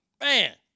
Man